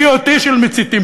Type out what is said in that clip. BOT של מציתים,